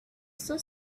still